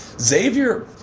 Xavier